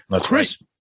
Chris